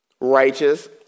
righteous